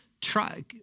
try